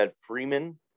Freeman